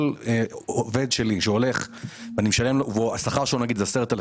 העלות על כל עובד שלי שהולך למילואים והשכר שלו הוא 10,000